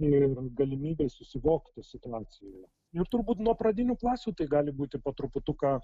ir galimybė susivokti situacijoje ir turbūt nuo pradinių klasių tai gali būti po truputuką